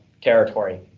territory